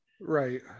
right